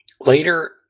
Later